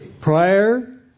prior